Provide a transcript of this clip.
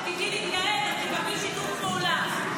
כשתדעי להתנהג אז תקבלי שיתוף פעולה.